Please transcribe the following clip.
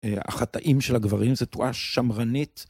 החטאים של הגברים זה תואה שמרנית.